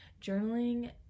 journaling